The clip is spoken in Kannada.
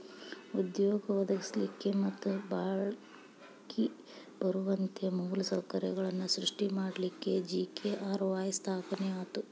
ಉದ್ಯೋಗ ಒದಗಸ್ಲಿಕ್ಕೆ ಮತ್ತ ಬಾಳ್ಕಿ ಬರುವಂತ ಮೂಲ ಸೌಕರ್ಯಗಳನ್ನ ಸೃಷ್ಟಿ ಮಾಡಲಿಕ್ಕೆ ಜಿ.ಕೆ.ಆರ್.ವಾಯ್ ಸ್ಥಾಪನೆ ಆತು